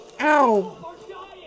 OW